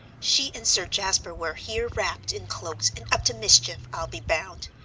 she and sir jasper were here wrapped in cloaks, and up to mischief, i'll be bound.